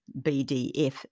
bdf